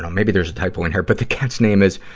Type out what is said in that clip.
um maybe there's a typo in here, but the cat's name is